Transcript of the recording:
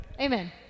Amen